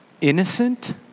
innocent